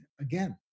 again